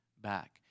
back